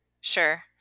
Sure